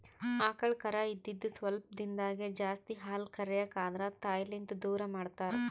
ಆಕಳ್ ಕರಾ ಇದ್ದಿದ್ ಸ್ವಲ್ಪ್ ದಿಂದಾಗೇ ಜಾಸ್ತಿ ಹಾಲ್ ಕರ್ಯಕ್ ಆದ್ರ ತಾಯಿಲಿಂತ್ ದೂರ್ ಮಾಡ್ತಾರ್